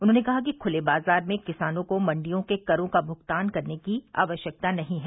उन्होंने कहा कि खुले बाजार में किसानों को मंडियों के करों का भुगतान करने की आवश्यकता नहीं है